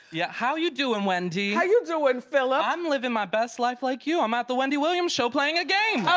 yeah, how you doin', wendy? how you doin', phillip? i'm living my best life like you. i'm at the wendy williams show playing a game.